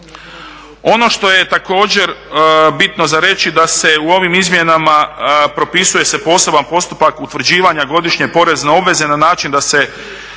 Ono što je također bitno za reći, da se u ovim izmjenama propisuje poseban postupak utvrđivanja godišnje porezne obveze na način da se